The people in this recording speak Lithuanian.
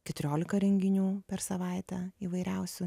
keturiolika renginių per savaitę įvairiausių